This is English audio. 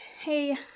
hey